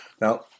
Now